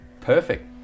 Perfect